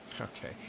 Okay